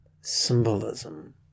Symbolism